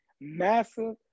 massive